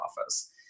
office